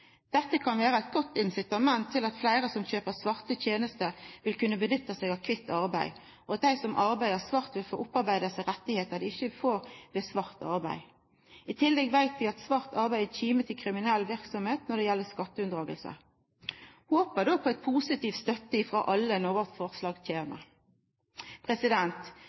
Dette kan vera eit godt incitament til at fleire som kjøper svarte tenester, vil kunna gjera seg nytte av kvitt arbeid, og at dei som arbeider svart, vil få opparbeidd seg rettar dei ikkje får ved svart arbeid. I tillegg veit vi at svart arbeid er ein kime til kriminell verksemd når det gjeld skatteunndraging. Vi håpar på positiv støtte frå alle når vårt forslag